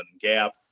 gap